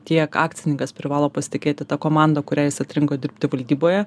tiek akcininkas privalo pasitikėti ta komanda kuriai jis atrinko dirbti valdyboje